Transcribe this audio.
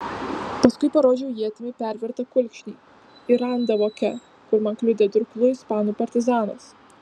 paskui parodžiau ietimi pervertą kulkšnį ir randą voke kur man kliudė durklu ispanų partizanas